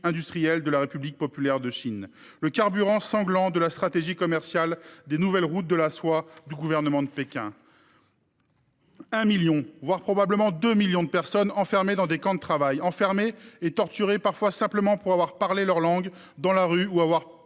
industrielle de la République populaire de Chine, le carburant sanglant de la stratégie commerciale des nouvelles routes de la soie du gouvernement de Pékin. Un million, ou plus probablement deux millions de personnes sont enfermées dans des camps de travail, enfermées et torturées, parfois simplement pour avoir parlé leur langue dans la rue ou pour